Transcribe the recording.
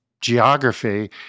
geography